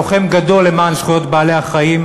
לוחם גדול למען זכויות בעלי-החיים,